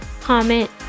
comment